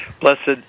Blessed